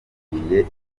abitabiriye